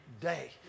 day